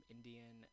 Indian